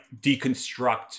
deconstruct